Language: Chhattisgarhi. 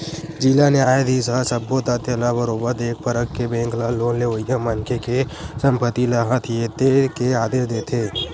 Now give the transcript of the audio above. जिला न्यायधीस ह सब्बो तथ्य ल बरोबर देख परख के बेंक ल लोन लेवइया मनखे के संपत्ति ल हथितेये के आदेश देथे